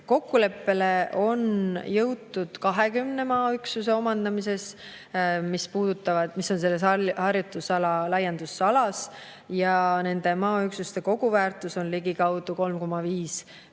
Kokkuleppele on jõutud 20 maaüksuse omandamises, mis on selle harjutus[välja] laiendusalas, ja nende maaüksuste koguväärtus on ligikaudu 3,5 miljonit